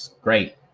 Great